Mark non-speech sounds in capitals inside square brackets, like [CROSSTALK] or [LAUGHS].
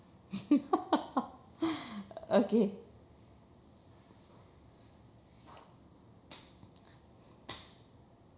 [LAUGHS] okay